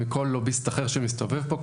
מכל לוביסט אחר שמסתובב פה,